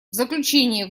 заключение